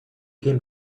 came